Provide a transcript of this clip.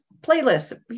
playlists